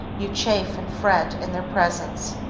you chafe and fret in their presence.